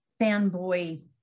fanboy